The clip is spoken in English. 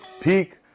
peak